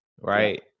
right